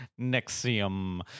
Nexium